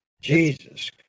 Jesus